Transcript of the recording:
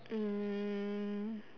um